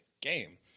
game